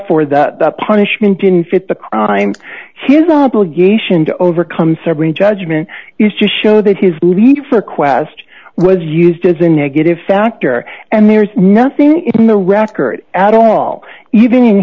for the punishment didn't fit the crime his obligation to overcome suffering judgment is just show that his belief or question was used as a negative factor and there is nothing in the record at all even in